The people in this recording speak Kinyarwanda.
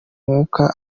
mwuka